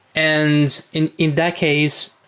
and in in that case,